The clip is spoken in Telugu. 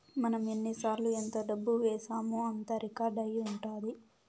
మనం ఎన్నిసార్లు ఎంత డబ్బు వేశామో అంతా రికార్డ్ అయి ఉంటది